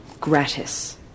gratis